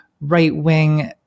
right-wing